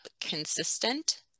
consistent